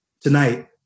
Tonight